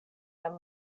jam